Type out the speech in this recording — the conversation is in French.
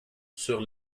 sur